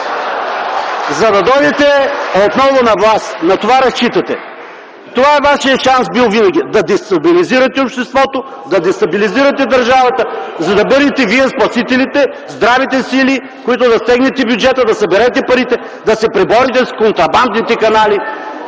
за да дойдете отново на власт. На това разчитате. Това е бил винаги вашият шанс – да дестабилизирате обществото, да дестабилизирате държавата, за да бъдете вие спасителите, здравите сили, които да теглите бюджета, да съберете парите, да се преборите с контрабандните канали.